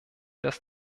das